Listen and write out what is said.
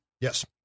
Yes